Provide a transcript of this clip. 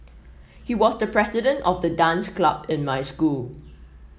he was the president of the dance club in my school